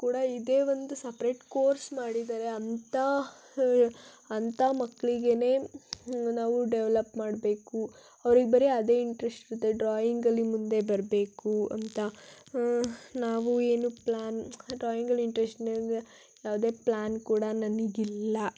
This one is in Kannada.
ಕೂಡ ಇದೇ ಒಂದು ಸಪ್ರೇಟ್ ಕೋರ್ಸ್ ಮಾಡಿದ್ದಾರೆ ಅಂಥ ಅಂಥ ಮಕ್ಳಿಗೇ ನಾವು ಡೆವ್ಲಪ್ ಮಾಡಬೇಕು ಅವ್ರಿಗೆ ಬರೀ ಅದೇ ಇಂಟ್ರೆಶ್ಟ್ ಇರುತ್ತೆ ಡ್ರಾಯಿಂಗಲ್ಲಿ ಮುಂದೆ ಬರಬೇಕು ಅಂತ ನಾವು ಏನು ಪ್ಲ್ಯಾನ್ ಡ್ರಾಯಿಂಗಲ್ಲಿ ಇಂಟ್ರೆಶ್ಟ್ ಯಾವುದೇ ಪ್ಲ್ಯಾನ್ ಕೂಡ ನನಗಿಲ್ಲ